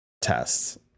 Tests